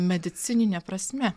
medicinine prasme